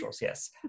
yes